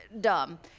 dumb